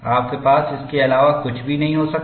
आपके पास इसके अलावा कुछ भी नहीं हो सकता